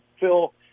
Phil